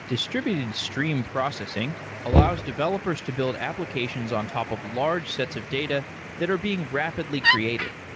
distributed stream processing allows developers to build applications on top of large sets of data that are being rapidly created.